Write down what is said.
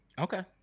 Okay